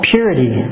Purity